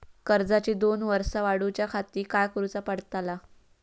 कर्जाची दोन वर्सा वाढवच्याखाती काय करुचा पडताला?